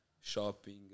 shopping